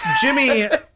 Jimmy